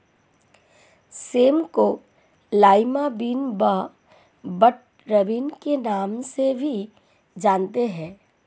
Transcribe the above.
same को lima bean व butter bean के नाम से भी जानते हैं